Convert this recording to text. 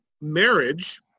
marriage